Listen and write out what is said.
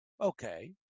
Okay